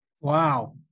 Wow